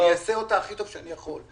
ואני אעשה אותה הכי טוב שאני יכול.